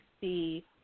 see